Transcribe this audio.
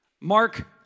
Mark